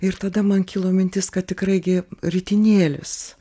ir tada man kilo mintis kad tikrai gi ritinėlis